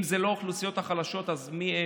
אם זה לא האוכלוסיות החלשות אז מיהן?